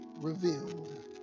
revealed